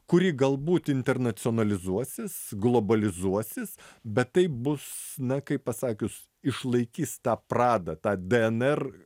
kuri galbūt internacionalizuosis globalizuosis bet tai bus na kaip pasakius išlaikys tą pradą tą dnr